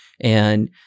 And-